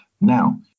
Now